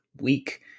week